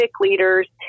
leaders